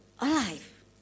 alive